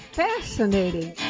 fascinating